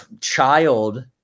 child